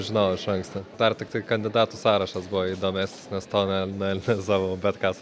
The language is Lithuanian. žinojau iš anksto dar tiktai kandidatų sąrašas buvo įdomes nes toną analizavau bet ką